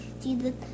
Jesus